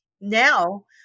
Now